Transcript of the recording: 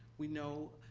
we know,